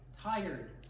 tired